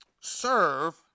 Serve